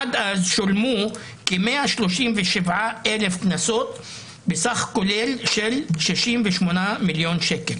עד אז שולמו כ-137,000 קנסות בסכום כולל של 68 מיליון שקל.